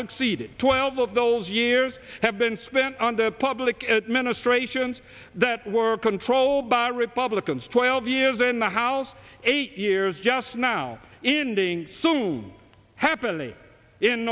succeeded twelve of those years have been spent on the public administrations that were controlled by republicans twelve years in the house eight years just now in being soon happening in